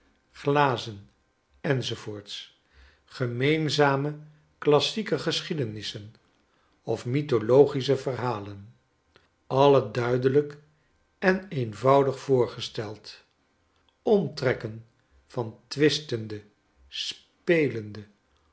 glazen enz gemeenzame klassieke geschiedenissen of mythologische verhalen alle duidelijk en eenvoudig voorgesteld omtrekken van twistende spelende